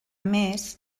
més